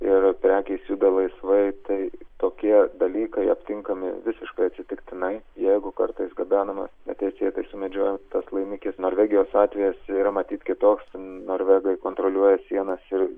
ir prekės juda laisvai tai tokie dalykai aptinkami visiškai atsitiktinai jeigu kartais gabenamas neteisėtai sumedžiotas laimikis norvegijos atvejis yra matyt kitoks norvegai kontroliuoja sienas ir